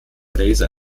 laser